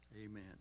Amen